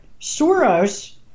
Soros